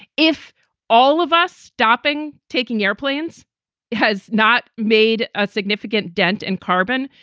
if all of us stopping taking airplanes has not made a significant dent in carbon.